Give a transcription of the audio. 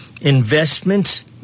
investments